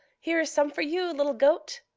here is some for you, little goat.